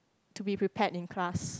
to be prepared in class